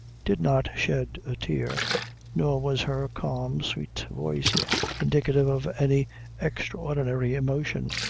did not shed a tear nor was her calm, sweet voice indicative of any extraordinary emotion.